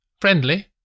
Friendly